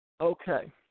Okay